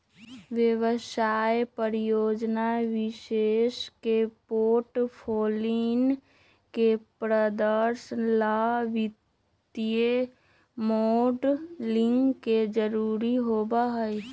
व्यवसाय, परियोजना, निवेश के पोर्टफोलियन के प्रदर्शन ला वित्तीय मॉडलिंग के जरुरत होबा हई